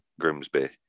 Grimsby